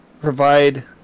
provide